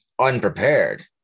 unprepared